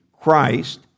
Christ